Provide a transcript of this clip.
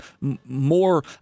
more